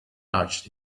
touched